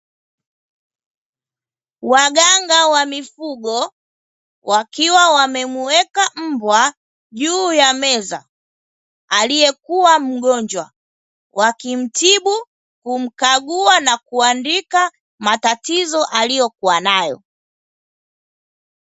Waganga wa mifugo wakiwa wamemuweka mbwa juu ya meza aliyekuwa mgonjwa, wakimtibu, kumkagua na kuandika matatizo aliyokuwa nayo.